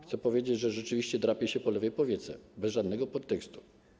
Chcę powiedzieć, że rzeczywiście drapię się po lewej powiece, bez żadnego podtekstu.